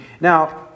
Now